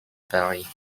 paris